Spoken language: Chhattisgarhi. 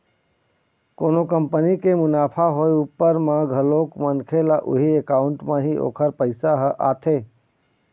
कोनो कंपनी के मुनाफा होय उपर म घलोक मनखे ल उही अकाउंट म ही ओखर पइसा ह आथे